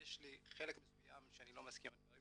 שיש חלק מסוים שאני לא מסכים לדברים